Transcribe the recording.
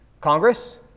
Congress